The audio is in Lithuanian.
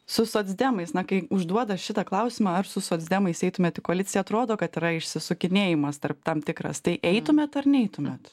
su socdemais na kai užduoda šitą klausimą ar su socdemais eitumėt į koaliciją atrodo kad yra išsisukinėjimas tarp tam tikras tai eitumėt ar neitumėt